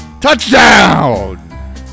Touchdown